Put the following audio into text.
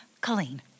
Colleen